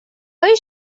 آیا